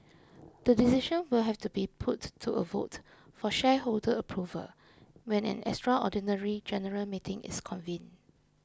the decision will have to be put to a vote for shareholder approval when an extraordinary general meeting is convened